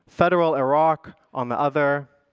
federal iraq on the other,